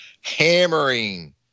hammering